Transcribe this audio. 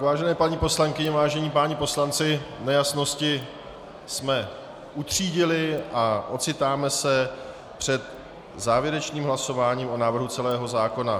Vážené paní poslankyně, vážení páni poslanci, nejasnosti jsme utřídili a ocitáme se před závěrečným hlasováním o návrhu celého zákona.